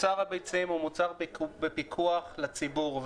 מוצר הביצים הוא מוצר בפיקוח לציבור,